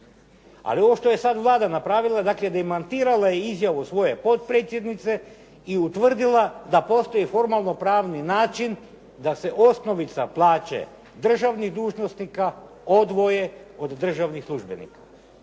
Ali ovo što je sada Vlada napravila, dakle demantirala je izjavu svoje potpredsjednice i utvrdila da postoji formalno pravni način da se osnovica plaće državnih dužnosnika odvoje od državnih službenika.